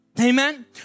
amen